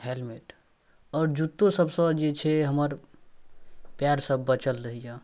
helmet आओर जुत्तोसबसँ जे छै हमर पाएरसब बचल रहल अइ